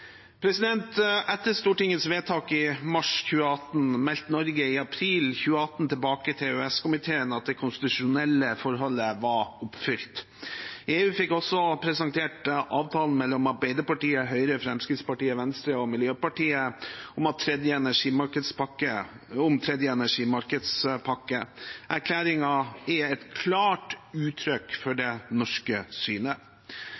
Etter Stortingets vedtak i mars 2018 meldte Norge i april 2018 tilbake til EØS-komiteen at det konstitusjonelle forholdet var oppfylt. EU fikk også presentert avtalen mellom Arbeiderpartiet, Høyre, Fremskrittspartiet, Venstre og Miljøpartiet De Grønne om tredje energimarkedspakke. Erklæringen er et klart uttrykk for